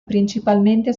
principalmente